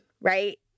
right